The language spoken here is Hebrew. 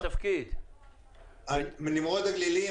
אני נמרוד הגלילי,